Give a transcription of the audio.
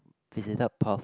visited Perth